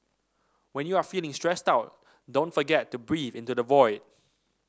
when you are feeling stressed out don't forget to breathe into the void